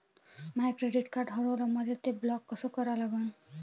माय debit card हारवलं, मले ते ब्लॉक कस करा लागन?